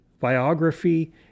biography